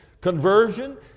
conversion